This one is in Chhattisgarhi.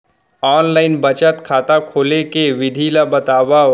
ऑनलाइन बचत खाता खोले के विधि ला बतावव?